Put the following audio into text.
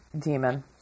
demon